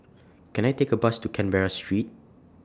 Can I Take A Bus to Canberra Street